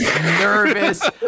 nervous